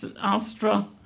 Astra